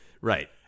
Right